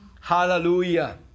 Hallelujah